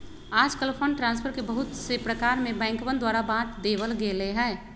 आजकल fund transfer के बहुत से प्रकार में बैंकवन द्वारा बांट देवल गैले है